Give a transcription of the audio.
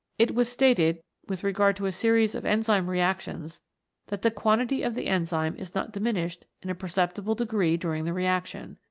it was stated with regard to a series of enzyme reactions that the quantity of the enzyme is not diminished in a perceptible degree during the reaction.